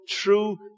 true